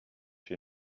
chez